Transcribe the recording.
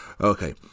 Okay